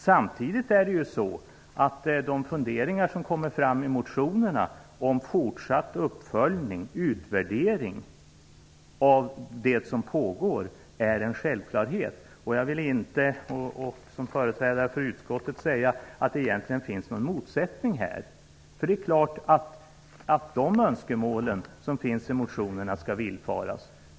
Samtidigt är de funderingar som redovisas i motionerna, om fortsatt uppföljning och utvärdering av det som pågår, en självklarhet. Som företrädare för utskottet vill jag inte säga att det egentligen finns någon motsättning här, därför att det är klart att de önskemål som finns i motionerna skall villfaras.